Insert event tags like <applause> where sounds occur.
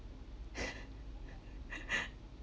<laughs>